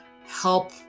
help